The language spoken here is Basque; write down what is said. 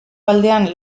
aldean